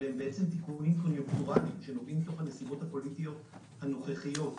אלה תיקונים שנובעים מתוך הנסיבות הפוליטיות הנוכחיות.